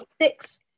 six